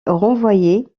renvoyé